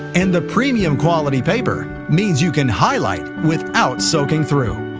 and the premium quality paper means you can highlight without soaking through.